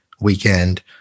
weekend